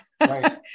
Right